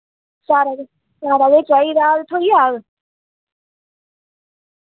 सारा किश सारा गै चाहिदा ते थ्होई जाग